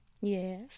Yes